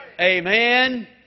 Amen